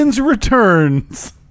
returns